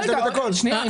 2. חבר הכנסת סמוטריץ',